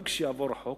גם כשיעבור החוק,